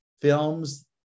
films